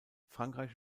frankreich